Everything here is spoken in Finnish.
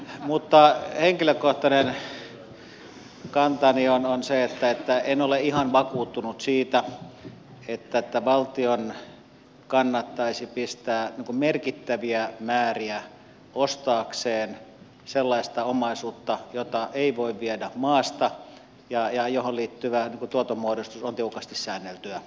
mutta henkilökohtainen kantani on se että en ole ihan vakuuttunut siitä että valtion kannattaisi pistää merkittäviä määriä ostaakseen sellaista omaisuutta jota ei voi viedä maasta ja johon liittyvä tuotonmuodostus on tiukasti säänneltyä